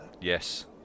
Yes